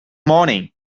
morning